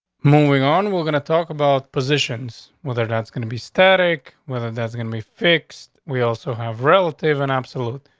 moving on, we're gonna talk about positions, whether that's gonna be static, whether that's gonna be fixed, we also have relative and absolute.